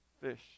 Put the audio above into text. fish